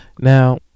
Now